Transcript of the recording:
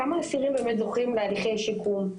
כמה אסירים באמת זוכים להליכי שיקום.